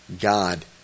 God